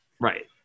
right